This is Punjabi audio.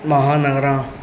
ਮਹਾਂਨਗਰਾਂ